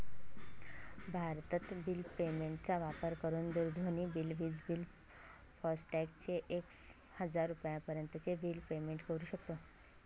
भारतत bill payment चा वापर करून दूरध्वनी बिल, विज बिल, फास्टॅग चे एक हजार रुपयापर्यंत चे बिल पेमेंट करू शकतो